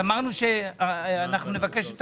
אמרנו שנבקש את